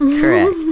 correct